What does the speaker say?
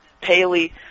paley